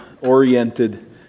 oriented